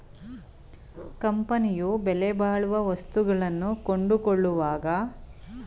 ಕಂಪನಿಯು ಬೆಲೆಬಾಳುವ ವಸ್ತುಗಳನ್ನು ಕೊಂಡುಕೊಳ್ಳುವಾಗ ಮಾಡಿಕೊಳ್ಳುವ ಕರಾರು ಒಪ್ಪಂದವೆ ಹೈರ್ ಪರ್ಚೇಸ್